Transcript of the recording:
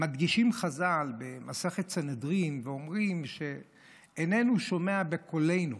מדגישים חז"ל במסכת סנהדרין ואומרים: שאיננו שומע בקולנו,